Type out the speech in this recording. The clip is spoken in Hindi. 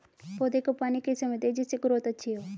पौधे को पानी किस समय दें जिससे ग्रोथ अच्छी हो?